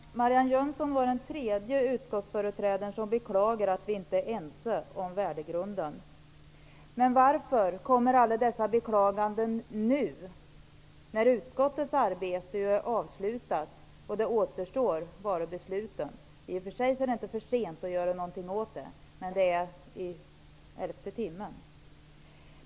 Herr talman! Marianne Jönsson var den tredje utskottsföreträdaren som beklagade att vi inte är ense om värdegrunden. Men varför kommer alla dessa beklaganden nu, när utskottets arbete är avslutat och bara besluten återstår? I och för sig är det inte för sent att göra någonting åt saken, men det är i elfte timmen.